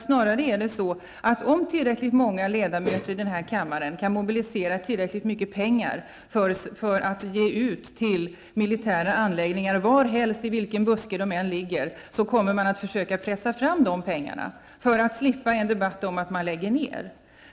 Snarare är det så, att om tillräckligt många ledamöter i denna kammare kan mobilisera tillräckligt mycket pengar för att ge ut till militära anläggningar i vilken buske dessa än ligger, kommer man att försöka pressa fram pengarna för att slippa en debatt om nedläggning.